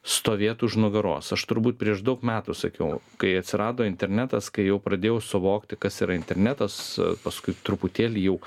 stovėt už nugaros aš turbūt prieš daug metų sakiau kai atsirado internetas kai jau pradėjau suvokti kas yra internetas paskui truputėlį jau